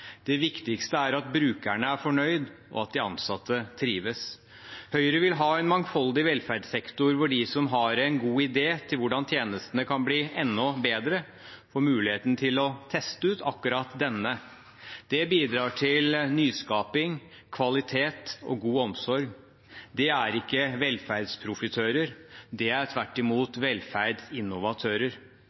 Det viktigste er at brukerne er fornøyd, og at de ansatte trives. Høyre vil ha en mangfoldig velferdssektor hvor de som har en god idé til hvordan tjenestene kan bli enda bedre, får muligheten til å teste ut akkurat denne. Det bidrar til nyskaping, kvalitet og god omsorg. Det er ikke velferdsprofitører; det er tvert imot velferdsinnovatører.